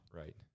Right